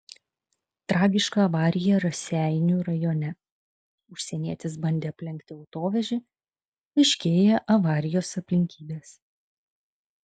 tragiška avarija raseinių rajone užsienietis bandė aplenkti autovežį aiškėja avarijos aplinkybės